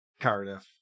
Cardiff